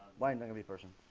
winding of a person